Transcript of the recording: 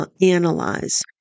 analyze